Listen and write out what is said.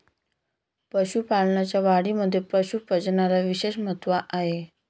पशुपालनाच्या वाढीमध्ये पशु प्रजननाला विशेष महत्त्व आहे